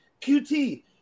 QT